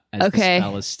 okay